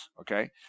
okay